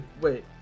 wait